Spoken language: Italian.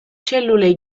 cellule